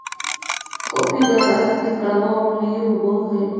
coffee गहरा रंग के कड़वा और अम्लीय होबो हइ